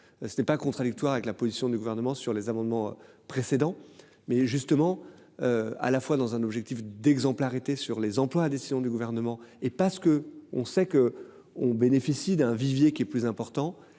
ce n'est pas contradictoire avec la position du gouvernement sur les amendements précédents mais justement. À la fois dans un objectif d'exemplarité sur les emplois. Décision du gouvernement et parce que on sait que on bénéficie d'un vivier qui est plus important,